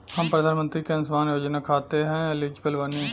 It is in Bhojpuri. हम प्रधानमंत्री के अंशुमान योजना खाते हैं एलिजिबल बनी?